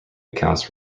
accounts